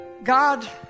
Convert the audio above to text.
God